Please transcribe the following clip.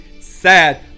sad